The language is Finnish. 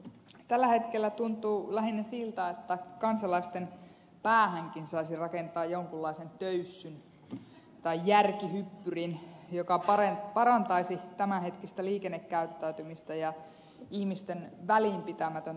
tällä hetkellä tuntuu lähinnä siltä että kansalaisten päähänkin saisi rakentaa jonkunlaisen töyssyn tai järkihyppyrin joka parantaisi tämänhetkistä liikennekäyttäytymistä ja ihmisten välinpitämätöntä toimintaa